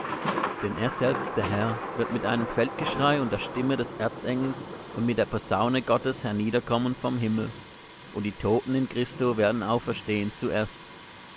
denn er selbst der herr wird mit einem feldgeschrei und der stimme des erzengels und mit der posaune gottes herniederkommen vom himmel und die toten in christo werden auferstehen zuerst